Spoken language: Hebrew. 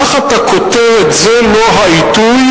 תחת הכותרת "זה לא העיתוי"